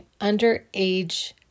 underage